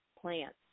plants